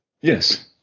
Yes